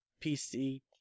PC